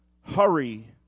hurry